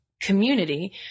community